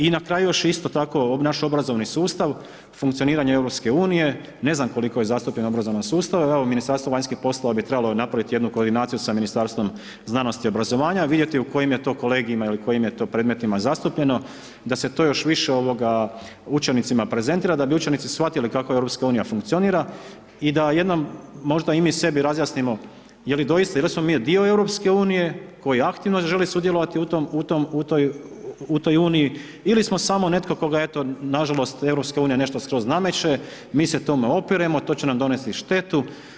I na kraju još je isto tako, naš obrazovni sustav, funkcioniranje EU, ne znam koliko je zastupljen obrazovan sustav, evo Ministarstvo vanjskih poslova bi trebalo napraviti jednu koordinaciju sa Ministarstvom znanosti i obrazovanja, vidjeti u kojim je to kolegijima ili u kojim je to predmetnima zastupljeno, da se to još više učenicima prezentira da bi učenici shvatili kako EU funkcionira i da jednom možda i mi sebi razjasnimo je li doista, je li smo mi dio EU koji aktivno žele sudjelovati u toj Uniji ili smo samo netko koga eto, nažalost EU nešto skroz nameće, mi se tome opiremo, to će nam donesti štetu.